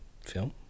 film